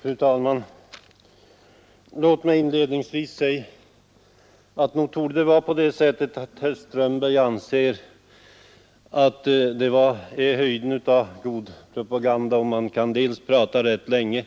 Fru talman! Låt mig inledningsvis säga att herr Strömberg tycks anse det vara höjden av god propaganda, om man kan dels prata rätt länge,